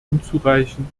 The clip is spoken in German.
unzureichend